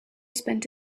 spent